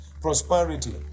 prosperity